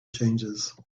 changes